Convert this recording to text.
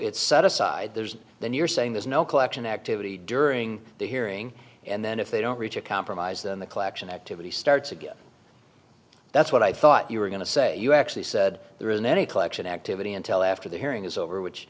it's set aside there's then you're saying there's no collection activity during the hearing and then if they don't reach a compromise then the collection activity starts again that's what i thought you were going to say you actually said there isn't any collection activity until after the hearing is over which